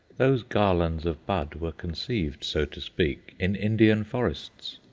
those garlands of bud were conceived, so to speak, in indian forests,